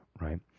Right